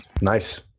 Nice